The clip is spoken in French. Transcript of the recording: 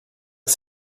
que